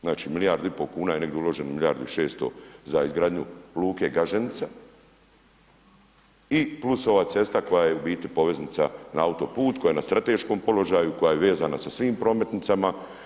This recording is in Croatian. Znači milijardi u pol kuna je negdje uloženo, milijardu i 600 za izgradnju luke Gaženica i plus ova cesta koja je u biti poveznica na autoput, koja je na strateškom položaju, koja je vezana sa svim prometnicama.